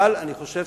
אני חושב